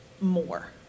more